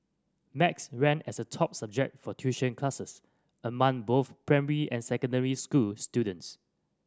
max ranked as the top subject for tuition classes among both primary and secondary school students